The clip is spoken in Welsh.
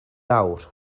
awr